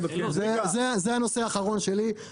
הנושא האחרון שלי,